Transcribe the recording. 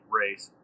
race